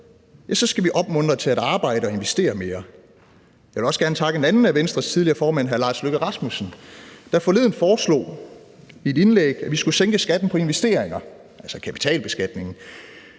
tider, skal vi opmuntre til at arbejde og investere mere. Jeg vil også gerne takke en anden af Venstres tidligere formænd, hr. Lars Løkke Rasmussen, der forleden foreslog i et indlæg, at vi skulle sænke skatten på investeringer, altså kapitalbeskatningen,